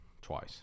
twice